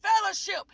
fellowship